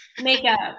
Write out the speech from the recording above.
Makeup